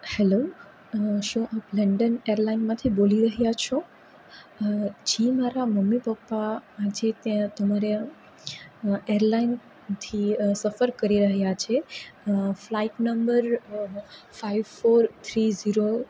hello શું આપ London એરલાઇનમાંથી બોલી રહ્યા છો જી મારા મમ્મી પપ્પા આજે ત્યાં તમારે ત્યાં એરલાઇનથી સફર કરી રહ્યા છે flight number five four three zero